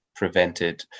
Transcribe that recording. Prevented